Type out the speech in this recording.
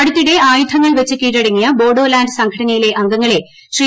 അടുത്തിടെ ആയുധങ്ങൾ വച്ച് കീഴടങ്ങിയ ബോഡോലാന്റ് സംഘടനയിലെ അംഗങ്ങളെ ശ്രീ